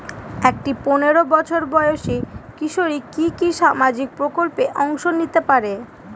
একটি পোনেরো বছর বয়সি কিশোরী কি কি সামাজিক প্রকল্পে অংশ নিতে পারে?